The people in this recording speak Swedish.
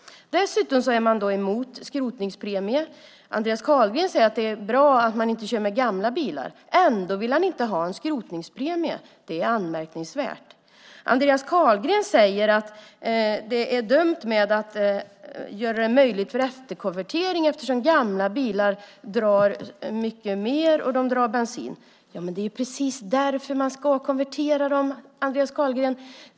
Dessutom är man emot en skrotningspremie. Andreas Carlgren säger att det är bra att man inte kör med gamla bilar, men ändå vill han inte ha en skrotningspremie. Det är anmärkningsvärt. Andreas Carlgren säger att det är dumt att göra det möjligt för efterkonvertering eftersom gamla bilar drar mycket mer bensin. Det är precis därför som man ska konvertera dem, Andreas Carlgren.